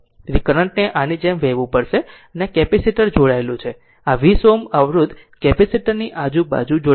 તેથી કરંટ ને આની જેમ વહેવું પડે છે અને આ કેપેસિટર જોડાયેલું છે આ 20 Ω અવરોધ કેપેસિટર ની આજુબાજુ જોડાયેલ છે